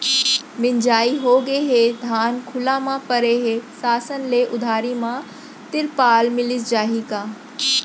मिंजाई होगे हे, धान खुला म परे हे, शासन ले उधारी म तिरपाल मिलिस जाही का?